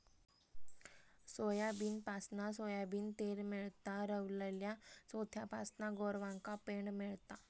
सोयाबीनपासना सोयाबीन तेल मेळता, रवलल्या चोथ्यापासना गोरवांका पेंड मेळता